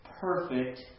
perfect